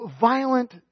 violent